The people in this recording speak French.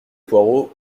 poireaux